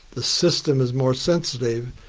the system is more sensitive.